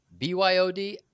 BYOD